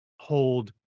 hold